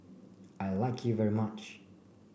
I like you very much